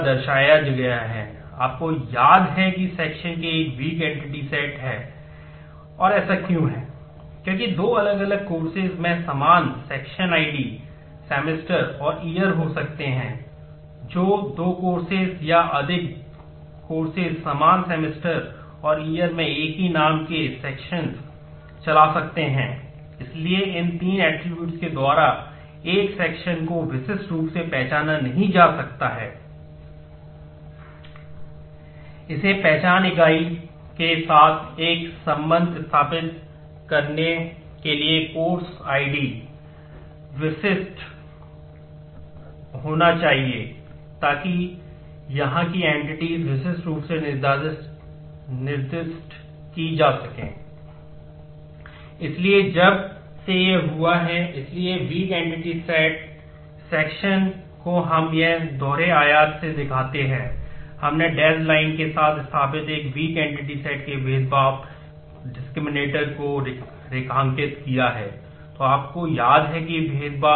E R आरेख में एक वीक एंटिटी सेट विशिष्ट रूप से निर्दिष्ट की जा सकें